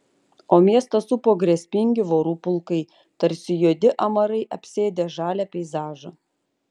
o miestą supo grėsmingi vorų pulkai tarsi juodi amarai apsėdę žalią peizažą